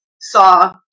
saw